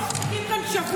לא היינו מחזיקים כאן שבוע.